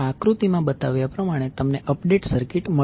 આ આકૃતિમાં બતાવ્યા પ્રમાણે તમને અપડેટ સર્કિટ મળશે